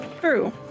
true